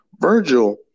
Virgil